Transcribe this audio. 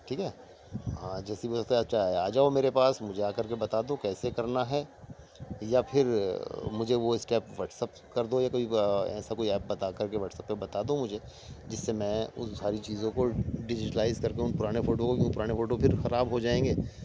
ٹھیک ہے ہاں جیسے بھی ہو تا ہے اچھا آ جاؤ میرے پاس مجھے آ کر کے بتا دو کیسے کرنا ہے یا پھر مجھے وہ اسٹیپ واٹس اپ کر دو یا کوئی ایسا کوئی ایپ بتا کر کے واٹس اپ پہ بتا دو مجھے جس سے میں ان ساری چیزوں کو ڈیجیٹلائز کر دوں پرانے فوٹو کو کیونکہ پرانے فوٹو پھر خراب ہو جائیں گے